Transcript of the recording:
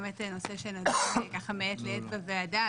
באמת נושא שנדון מעת לעת בוועדה,